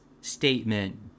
statement